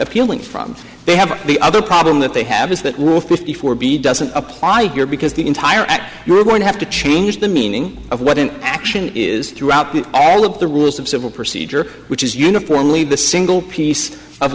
appealing from they have the other problem that they have is that rule fifty four b doesn't apply here because the entire act we're going to have to change the meaning of what an action is throughout the all of the rules of civil procedure which is uniformly the single piece of